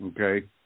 Okay